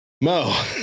Mo